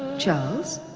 charles,